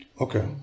Okay